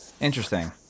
Interesting